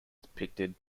depicted